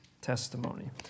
testimony